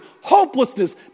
Hopelessness